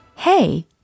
Hey